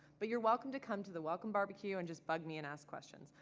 but you're welcome to come to the welcome barbecue, and just bug me and ask questions.